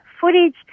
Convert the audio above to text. footage